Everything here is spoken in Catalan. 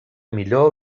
millor